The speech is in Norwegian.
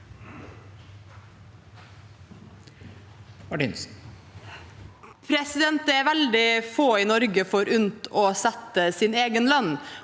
Det er vel- dig få i Norge forunt å sette sin egen lønn